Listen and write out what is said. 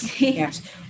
Yes